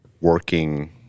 working